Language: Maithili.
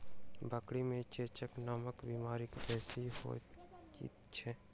बकरी मे चेचक नामक बीमारी बेसी होइत छै